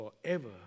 forever